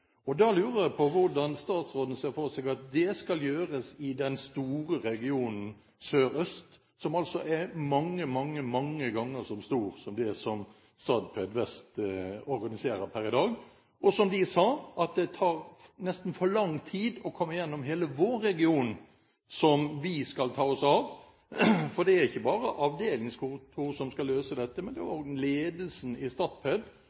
område. Da lurer jeg på hvordan statsråden ser for seg at det skal gjøres i den store regionen Sørøst, som altså er mange, mange, mange ganger så stor som det Statped Vest organiserer per i dag. Og som de sa: Det tar nesten for lang tid å komme gjennom hele vår region, som vi skal ta oss av, for det er ikke bare avdelingskontoret som skal løse dette, men også ledelsen i Statped